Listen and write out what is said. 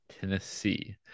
Tennessee